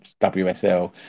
WSL